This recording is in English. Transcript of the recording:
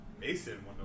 Mason